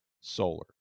Solar